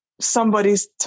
somebody's